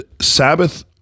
Sabbath